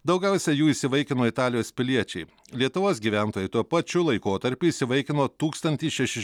daugiausiai jų įsivaikino italijos piliečiai lietuvos gyventojai tuo pačiu laikotarpiu įsivaikino tūkstantį šešis